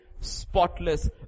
spotless